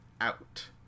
out